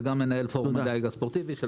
וגם מנהל פורום הדיג הספורטיבי.